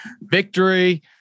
victory